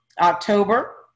October